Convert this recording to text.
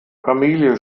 familie